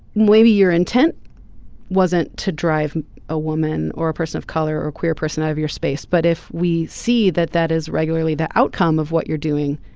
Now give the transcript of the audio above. maybe your intent wasn't to drive a woman or a person of color or queer person out of your space. but if we see that that is regularly the outcome of what you're doing.